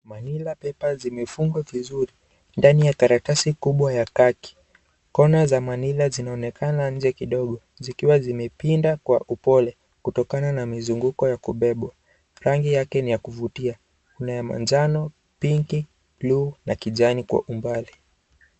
Manilla paper zimefungwa vizuri ndani ya karatasi kubwa ya kaki . Kona za manila zinaonekana nje kidogo zikiwa zimepinda kwa upole kutokana na mizunguko ya kubebwa . Rangi yake ni ya kuvutia , kuna ya manjano , pinki , blu , na kijani kwa umbali.